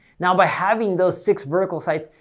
now by having those six vertical sites,